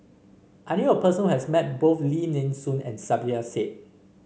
I knew a person who has met both Lim Nee Soon and Saiedah Said